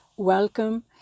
Welcome